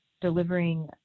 delivering